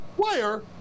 player